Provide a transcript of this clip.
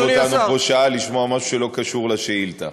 אותנו פה שעה ולשמוע משהו שלא קשור לשאילתה?